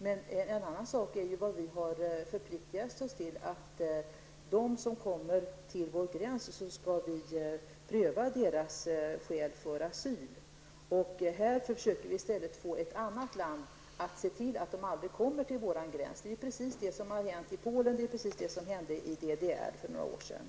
Men en annan sak är vad vi i Sverige förpliktat oss till, nämligen att vi skall pröva vilka skäl för asyl de människor har som kommer till vår gräns. Här försöker vi i stället att få ett annat land att se till att dessa människor aldrig kommer till vår gräns. Det är precis vad som har hänt i Polen, och det var vad som skedde i DDR för några år sedan.